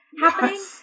happening